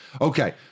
Okay